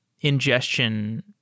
ingestion